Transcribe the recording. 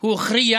הוא הכריע